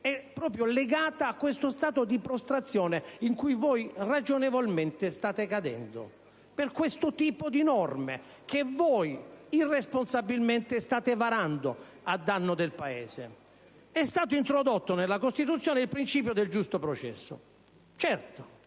è proprio legata a questo stato di prostrazione in cui voi ragionevolmente state cadendo, per questo tipo di norme che voi irresponsabilmente state varando a danno del Paese. È stato introdotto nella Costituzione il principio del giusto processo. Certo,